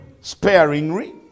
sparingly